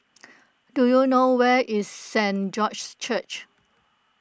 do you know where is Saint George's Church